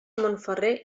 montferrer